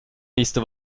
nächste